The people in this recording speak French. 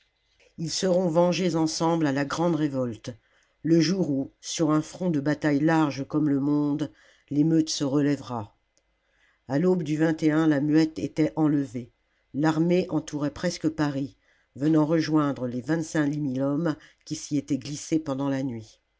ils seront vengés ensemble à la grande révolte le jour où sur un front de bataille large comme le monde l'émeute se relèvera a l'aube du la muette était enlevée l'armée entourait presque paris venant rejoindre les hommes qui s'y étaient glissés pendant la nuit